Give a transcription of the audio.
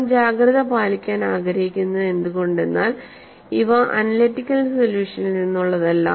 ഞാൻ ജാഗ്രത പാലിക്കാൻ ആഗ്രഹിക്കുന്നത് എന്തുകൊണ്ടെന്നാൽ ഇവ അനാലിറ്റിക്കൽ സൊല്യൂഷനിൽ നിന്നുള്ളതല്ല